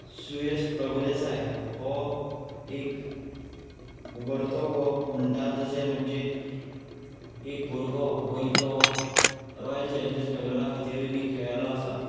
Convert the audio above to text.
सुयश प्रभुदेसाय हो एक उबरतो हो म्हणटा तशें म्हणजे एक भुरगो गोंयचो रॉयल चॅलेंजर्स बेंगलोरा खातीरूय बीन खेळ्ळेलो आसा